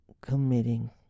committing